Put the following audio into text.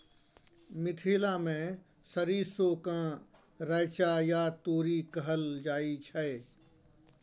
मिथिला मे सरिसो केँ रैचा या तोरी कहल जाइ छै